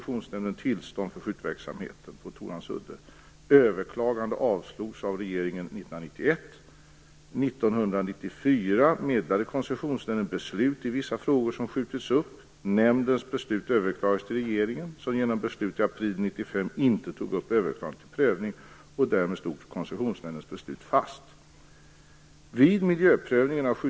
I 1994 meddelade Koncessionsnämnden beslut i vissa frågor som hade skjutits upp. Nämndens beslut överklagades till regeringen, som genom beslut i april 1995 inte tog upp överklagandet till prövning. Därmed stod Koncessionsnämndens beslut fast.